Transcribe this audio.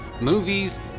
movies